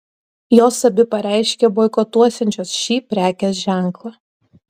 jos abi pareiškė boikotuosiančios šį prekės ženklą